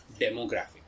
demographic